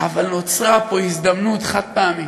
אבל נוצרה פה הזדמנות חד-פעמית,